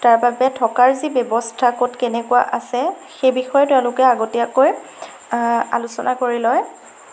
তাৰ বাবে থকাৰ যি ব্যৱস্থা ক'ত কেনেকুৱা আছে সেই বিষয়ে তেওঁলোকে আগতীয়াকৈ আলোচনা কৰি লয়